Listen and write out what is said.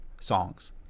songs